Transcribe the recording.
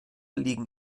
liegen